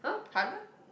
heartburn